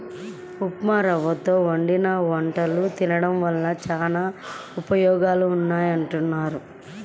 ఉప్మారవ్వతో వండిన వంటలు తినడం వల్ల చానా ఉపయోగాలున్నాయని అనుకుంటున్నారు